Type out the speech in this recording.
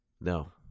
No